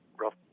rough